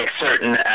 certain